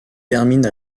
termine